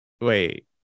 wait